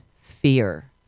fear